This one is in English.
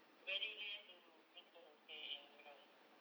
really rare to meet people who stay in jurong